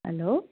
hello